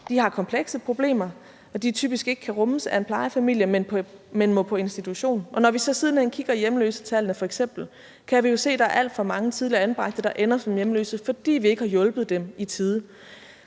har komplekse problemer, og at de typisk ikke kan rummes af en plejefamilie, men må på institution. Og når vi så siden hen f.eks. kigger i hjemløsetallene, kan vi jo se, at der er alt for mange tidligere anbragte, der ender som hjemløse, fordi vi ikke har hjulpet dem i tide.